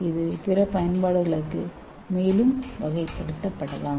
இது பிற பயன்பாடுகளுக்கு மேலும் வகைப்படுத்தப்படலாம்